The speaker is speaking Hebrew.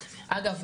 אגב,